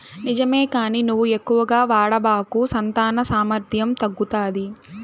నిజమే కానీ నువ్వు ఎక్కువగా వాడబాకు సంతాన సామర్థ్యం తగ్గుతాది